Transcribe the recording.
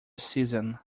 season